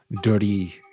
dirty